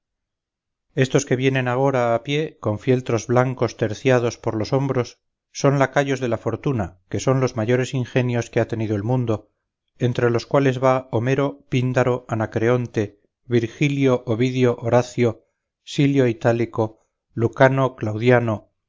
estos que vienen agora a pie con fieltros blancos terciados por los hombros son lacayos de la fortuna que son los mayores ingenios que ha tenido el mundo entre los cuales va homero píndaro anacreonte virgilio ovidio horacio silio itálico lucano claudiano